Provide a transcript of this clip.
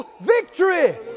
victory